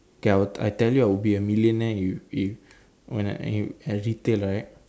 okay I'll I tell you I'll be a millionaire if if when I I at retail right